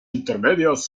intermedias